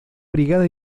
brigada